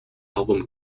album